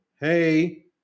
Hey